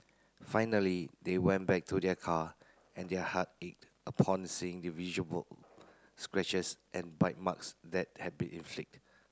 finally they went back to their car and their heart ached upon seeing the visible scratches and bite marks that had been inflict